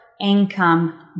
income